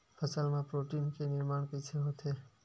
फसल मा प्रोटीन के निर्माण कइसे होथे?